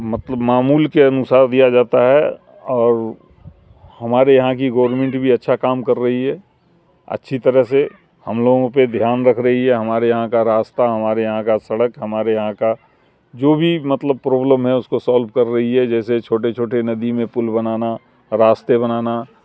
مطلب معمول کے انوسار دیا جاتا ہے اور ہمارے یہاں کی گورنمنٹ بھی اچھا کام کر رہی ہے اچھی طرح سے ہم لوگوں پہ دھیان رکھ رہی ہے ہمارے یہاں کا راستہ ہمارے یہاں کا سڑک ہمارے یہاں کا جو بھی مطلب پرابلم ہے اس کو سولو کر رہی ہے جیسے چھوٹے چھوٹے ندی میں پل بنانا راستے بنانا